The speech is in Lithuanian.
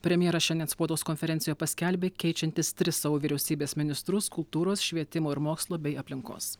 premjeras šiandien spaudos konferencijoje paskelbė keičiantis tris savo vyriausybės ministrus kultūros švietimo ir mokslo bei aplinkos